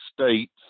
States